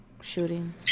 shooting